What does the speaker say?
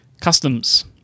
Customs